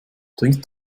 trinkt